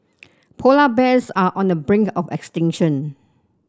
polar bears are on the brink of extinction